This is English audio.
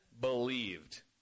believed